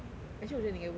actually 我觉得你应该不知道